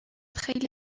خیلی